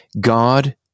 God